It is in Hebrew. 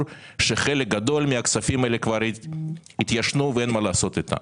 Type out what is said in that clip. כאשר חלק גדול מהכספים האלה כבר התיישנו ואין מה לעשות איתם.